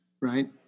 Right